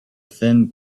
thin